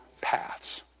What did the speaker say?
paths